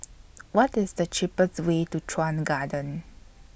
What IS The cheapest Way to Chuan Garden